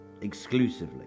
exclusively